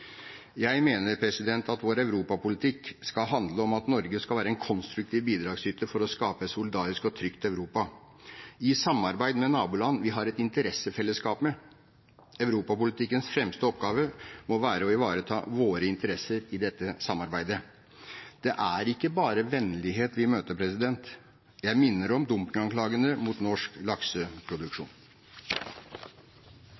Jeg mener vår europapolitikk skal handle om at Norge skal være en konstruktiv bidragsyter for å skape et solidarisk og trygt Europa, i samarbeid med naboland vi har et interessefellesskap med. Europapolitikkens fremste oppgave må være å ivareta våre interesser i dette samarbeidet. Det er ikke bare vennlighet vi møter. Jeg minner om dumpinganklagene mot norsk